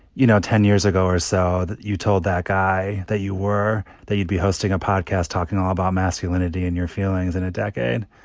you know, ten years ago or so that you told that guy that you were that you'd be hosting a podcast talking ah about masculinity and your feelings in a decade?